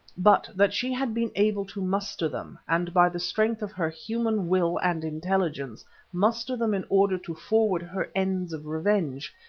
but that she had been able to muster them, and by the strength of her human will and intelligence muster them in order to forward her ends of revenge,